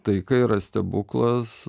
taika yra stebuklas